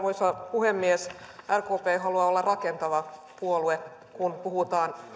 puhemies rkp haluaa olla rakentava puolue kun puhutaan